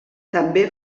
també